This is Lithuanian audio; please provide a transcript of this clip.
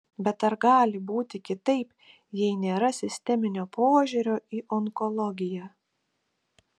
bet ar gali būti kitaip jei nėra sisteminio požiūrio į onkologiją